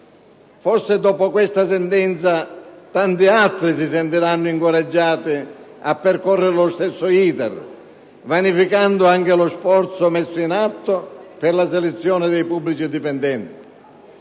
Forse dopo questa sentenza tanti altri si sentiranno incoraggiati a percorrere lo stesso *iter*, vanificando anche lo sforzo messo in atto per la selezione dei pubblici dipendenti.